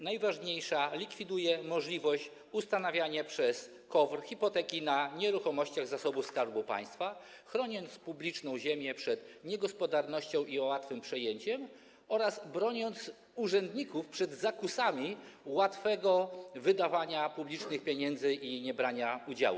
Najważniejsza z nich likwiduje możliwość ustanawiania przez KOWR hipoteki na nieruchomościach Skarbu Państwa, chroniąc publiczną ziemię przed niegospodarnością i łatwym przejęciem oraz broniąc urzędników przed zakusami łatwego wydawania publicznych pieniędzy i niebrania udziału.